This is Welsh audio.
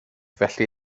felly